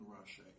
Russia